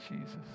Jesus